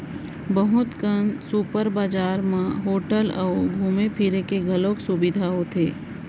बहुत कन सुपर बजार म होटल अउ घूमे फिरे के घलौक सुबिधा होथे